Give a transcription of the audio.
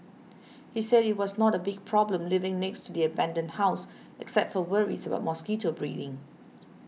he said it was not a big problem living next to the abandoned house except for worries about mosquito breeding